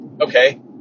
Okay